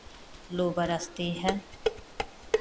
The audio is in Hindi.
लू बरसती है